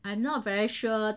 I'm not very sure